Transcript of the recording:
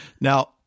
Now